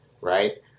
Right